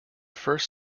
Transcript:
first